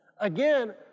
Again